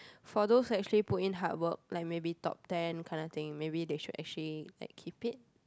for those that actually put in hard work like maybe top ten kind of thing maybe they should actually like keep it